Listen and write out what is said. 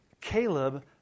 Caleb